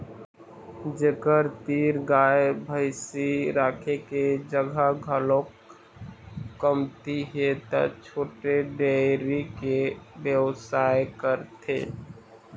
जेखर तीर गाय भइसी राखे के जघा घलोक कमती हे त छोटे डेयरी के बेवसाय करथे